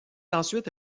ensuite